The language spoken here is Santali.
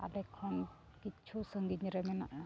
ᱟᱞᱮ ᱠᱷᱚᱱ ᱠᱤᱪᱷᱩ ᱥᱟᱺᱜᱤᱧ ᱨᱮ ᱢᱮᱱᱟᱜᱼᱟ